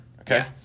okay